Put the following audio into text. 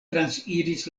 transiris